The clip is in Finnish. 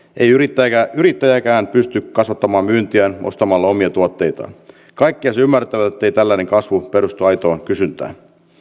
ei yrittäjäkään yrittäjäkään pysty kasvattamaan myyntiään ostamalla omia tuotteitaan kaikkihan sen ymmärtävät ettei tällainen kasvu perustu aitoon kysyntään